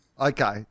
Okay